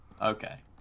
Okay